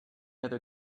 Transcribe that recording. other